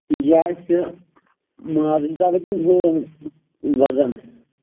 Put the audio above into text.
یہِ آسہِ مازٕ حِسابہٕ کِنہٕ گول وَزَن